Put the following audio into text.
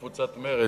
בשם קבוצת מרצ,